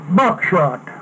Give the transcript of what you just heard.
buckshot